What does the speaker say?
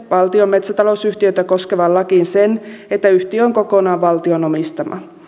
valtion metsätalousyhtiötä koskevaan lakiin sen että yhtiö on kokonaan valtion omistama